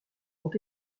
ont